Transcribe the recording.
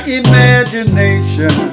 imagination